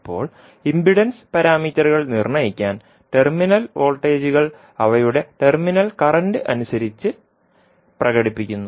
ഇപ്പോൾ ഇംപിഡൻസ് പാരാമീറ്ററുകൾ നിർണ്ണയിക്കാൻ ടെർമിനൽ വോൾട്ടേജുകൾ അവയുടെ ടെർമിനൽ കറന്റ് അനുസരിച്ച് പ്രകടിപ്പിക്കുന്നു